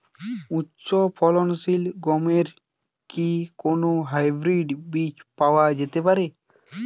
উচ্চ ফলনশীল গমের কি কোন হাইব্রীড বীজ পাওয়া যেতে পারে?